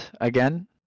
again